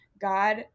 God